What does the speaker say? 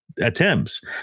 attempts